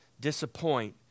disappoint